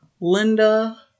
Linda